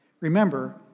Remember